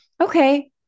okay